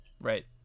right